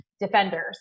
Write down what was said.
Defenders